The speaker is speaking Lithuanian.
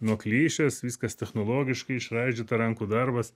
nuo klišės viskas technologiškai išraižyta rankų darbas